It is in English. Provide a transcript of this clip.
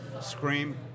Scream